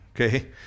okay